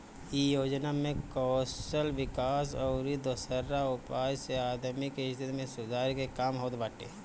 इ योजना में कौशल विकास अउरी दोसरा उपाय से आदमी के स्थिति में सुधार के काम होत बाटे